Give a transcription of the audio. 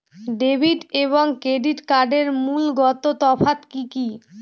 Debit এবং credit কার্ডের মূলগত তফাত কি কী?